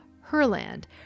Herland